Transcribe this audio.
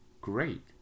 great